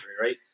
right